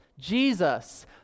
Jesus